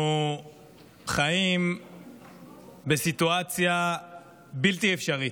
אנחנו חיים בסיטואציה בלתי אפשרית.